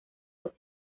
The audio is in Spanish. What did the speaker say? los